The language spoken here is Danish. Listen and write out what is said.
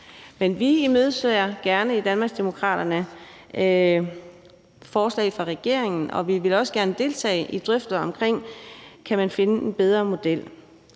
Men vi imødeser i Danmarksdemokraterne gerne forslag fra regeringen, og vi vil også gerne deltage i drøftelser om, om man kan finde en bedre model,